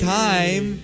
time